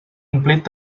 omplit